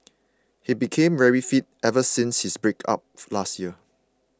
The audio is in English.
he became very fit ever since his breakup last year